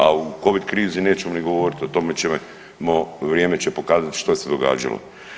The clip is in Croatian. A u covid krizi nećemo ni govoriti o tome će vrijeme pokazati što se događalo.